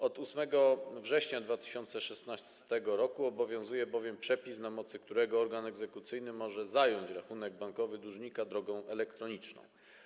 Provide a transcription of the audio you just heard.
Od 8 września 2016 r. obowiązuje bowiem przepis, na mocy którego organ egzekucyjny może zająć rachunek bankowy dłużnika drogą elektroniczną.